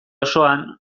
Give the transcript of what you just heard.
osoan